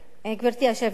גברתי היושבת-ראש,